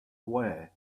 away